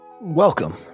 Welcome